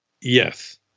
yes